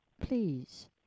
Please